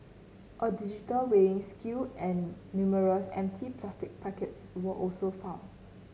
a digital weighing scale and numerous empty plastic packets were also found